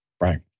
Right